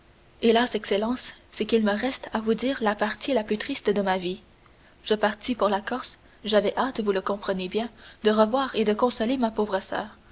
hélas excellence c'est qu'il me reste à vous dire la partie la plus triste de ma vie je partis pour la corse j'avais hâte vous le comprenez bien de revoir et de consoler ma pauvre soeur